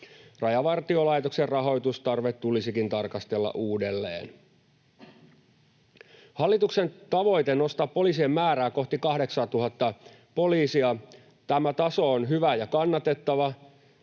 Rajavartiolaitoksen rahoitustarvetta tulisikin tarkastella uudelleen. Mitä tulee hallituksen tavoitteeseen nostaa poliisien määrää kohti 8 000:ta poliisia, tämä taso on hyvä ja kannatettava,